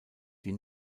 die